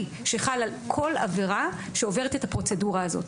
שחל על כל עבירה שעוברת את הפרוצדורה הזו.